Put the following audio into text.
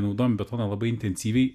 naudojam betoną labai intensyviai